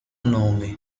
nome